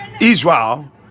israel